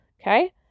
Okay